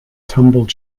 tumbled